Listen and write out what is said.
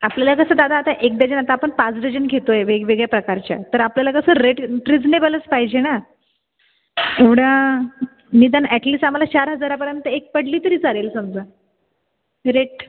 आपल्याल्या कसं दादा आता एक डजन आता आपण पाच डजन घेतोय वेगवेगळ्या प्रकारच्या तर आपल्याला कसं रेट ट्रीजनेबलच पाहिजे ना एवढा निदान अॅटलिस आम्हाला चार हजारापर्यंत एक पडली तरी चालेल समजा रेट